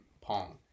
Pong